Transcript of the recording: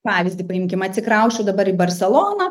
pavyzdį paimkim atsikrausčiau dabar į barseloną